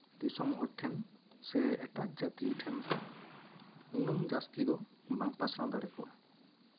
ᱫᱤᱥᱚᱢ ᱦᱚᱲ ᱴᱷᱮᱱ ᱥᱮ ᱮᱴᱟᱜ ᱡᱟᱹᱛᱤ ᱴᱷᱮᱱ ᱩᱱᱟᱹᱝ ᱡᱟᱹᱥᱛᱤ ᱫᱚ ᱵᱟᱝ ᱯᱟᱥᱱᱟᱣ ᱫᱟᱲᱮ ᱠᱚᱜᱼᱟ